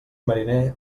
mariner